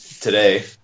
Today